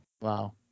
Wow